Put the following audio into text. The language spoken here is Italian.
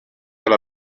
alla